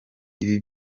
ibi